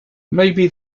maybe